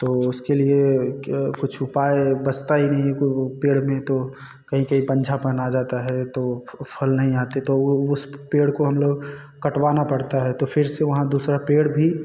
तो उसके लिए कुछ उपाय बचता ही नहीं है तो पेड़ में तो कहीं कहीं पनझापन आ जाता है तो फ फल नहीं आते है तो उस पेड़ को हम लोग कटवाना पड़ता है तो फ़िर से वहाँ दूसरा पेड़ भी